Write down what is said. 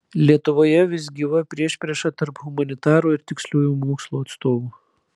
lietuvoje vis gyva priešprieša tarp humanitarų ir tiksliųjų mokslų atstovų